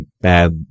bad